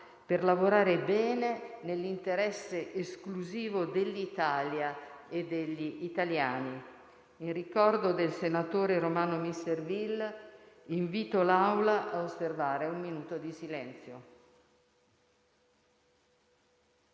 per lavorare bene nell'interesse esclusivo dell'Italia e degli italiani. In ricordo del senatore Romano Misserville invito l'Assemblea ad osservare un minuto di silenzio.